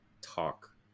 talk